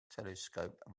telescope